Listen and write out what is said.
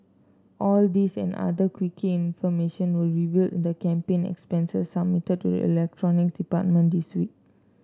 all these and other quirky information were revealed in the campaign expenses submitted to the electronic department this week